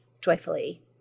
joyfully